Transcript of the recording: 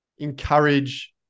encourage